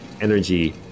energy